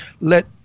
Let